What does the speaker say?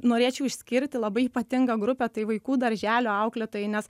norėčiau išskirti labai ypatingą grupę tai vaikų darželio auklėtojai nes